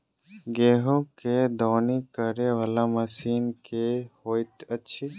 गेंहूँ केँ दौनी करै वला मशीन केँ होइत अछि?